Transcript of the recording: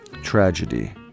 tragedy